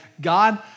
God